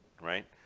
right